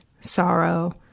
sorrow